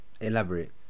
Elaborate